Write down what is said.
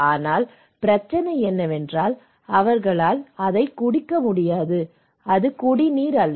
ஆனால் பிரச்சனை என்னவென்றால் அவர்களால் குடிக்க முடியாது அது குடிநீர் அல்ல